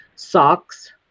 Socks